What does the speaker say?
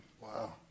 Wow